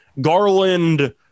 Garland